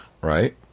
right